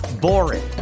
boring